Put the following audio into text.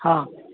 हँ